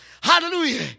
Hallelujah